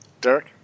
Derek